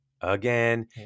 Again